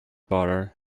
butter